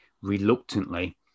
reluctantly